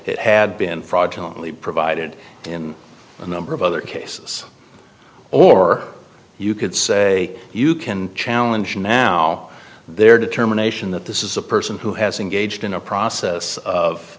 it had been fraudulent only provided in a number of other cases or you could say you can challenge now their determination that this is a person who has engaged in a process